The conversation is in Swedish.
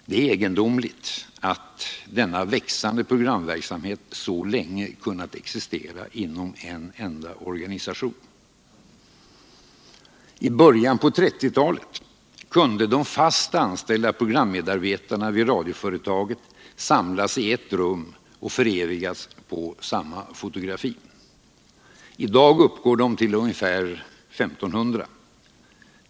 Det är egendomligt att denna växande programverksamhet så länge kunnat existera inom en enda organisation. I början av 1930-talet kunde de fast anställda programmedarbetarna vid radioföretaget samlas i ett rum och förevigas på samma fotografi. I dag uppgår de till ungefär 1 500.